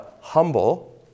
humble